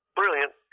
brilliant